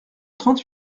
trente